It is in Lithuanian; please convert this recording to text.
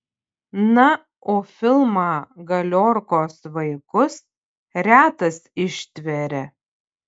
na o filmą galiorkos vaikus retas ištveria